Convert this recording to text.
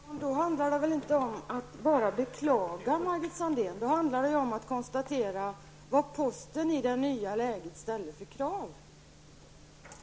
Herr talman! Då handlar det inte längre bara om att beklaga Margit Sandéhn. Då handlar det om att konstatera vad posten i det nya läget ställer för krav.